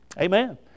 Amen